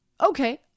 Okay